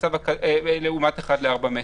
לעומת 4:1 מטר.